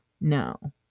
No